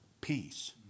peace